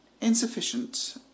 insufficient